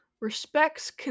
respects